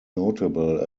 notable